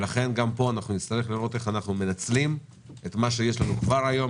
לכן גם פה נצטרך לראות איך אנחנו מנצלים את מה שיש לנו כבר היום,